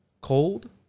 Cold